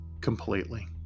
Completely